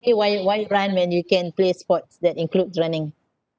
eh why why run when you can play sports that includes running